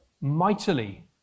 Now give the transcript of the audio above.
mightily